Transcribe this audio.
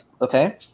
Okay